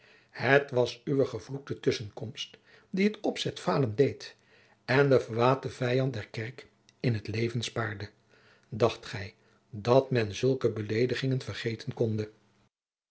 het was uwe gevloekte tusschenkomst die het opzet falen deed en den verwaten vijand der kerk in t leven spaarde dacht gij dat men zulke beleedigingen vergeten konde